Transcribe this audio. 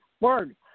word